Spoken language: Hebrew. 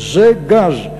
זה גז.